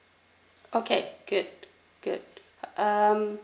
okay good good um